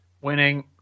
Winning